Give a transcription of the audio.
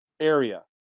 area